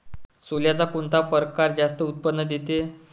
सोल्याचा कोनता परकार जास्त उत्पन्न देते?